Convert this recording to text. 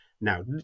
Now